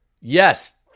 yes